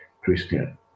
Christian